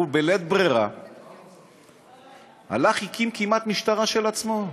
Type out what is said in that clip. הוא, בלית ברירה, הלך, הקים כמעט משטרה של עצמו,